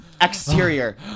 exterior